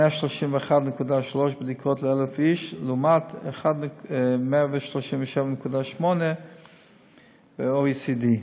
131.3בדיקות ל־1,000 איש, לעומת 137.8 ב-OECD.